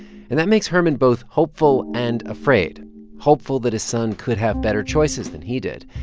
and that makes herman both hopeful and afraid hopeful that his son could have better choices than he did,